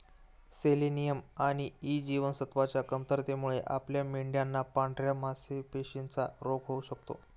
selenium आणि E जीवनसत्वच्या कमतरतेमुळे आपल्या मेंढयांना पांढऱ्या मासपेशींचा रोग होऊ शकतो